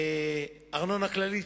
ארנונה כללית,